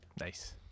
Nice